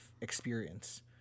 experience